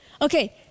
Okay